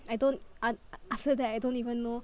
I don't an~ after that I don't even know